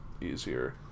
easier